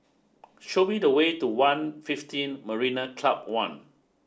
show me the way to One Fifteen Marina Club One